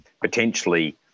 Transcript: potentially